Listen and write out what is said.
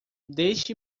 deixe